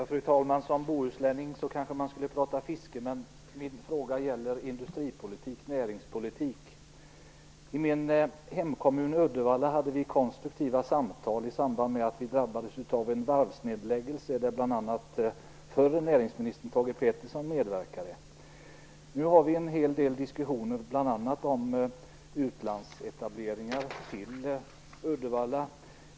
Fru talman! Som bohuslänning skulle jag kanske prata fiske, men min fråga gäller industri och näringspolitik. I min hemkommun Uddevalla hade vi i samband med att vi drabbades av en varvsnedläggelse konstruktiva samtal där bl.a. förre näringsministern Thage G Peterson medverkade. Nu har vi en hel del diskussioner, bl.a. om utlandsetableringar till Uddevalla.